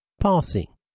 Passing